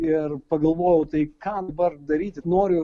ir pagalvojau tai ką dabar daryti noriu